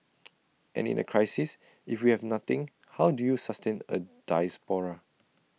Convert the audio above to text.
and in A crisis if we have nothing how do you sustain A diaspora